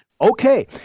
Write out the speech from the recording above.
Okay